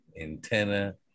antenna